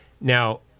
now